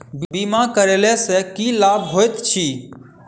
बीमा करैला सअ की लाभ होइत छी?